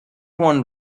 won